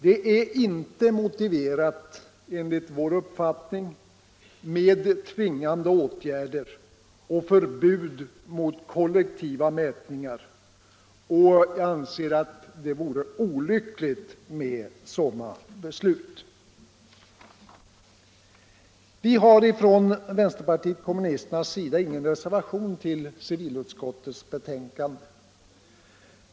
Det är enligt vår uppfattning inte motiverat med tvingande åtgärder och förbud mot kollektiva mätningar. Jag anser att ett sådant beslut vore olyckligt. Vi har från vpk:s sida ingen reservation till civilutskottets betänkande.